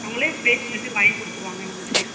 அவங்களே ப்ளேஸ்மெண்ட்டும் வாங்கிக் கொடுத்துருவாங்க நமக்கு